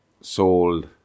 sold